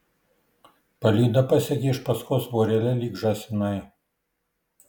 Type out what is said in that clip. palyda pasekė iš paskos vorele lyg žąsinai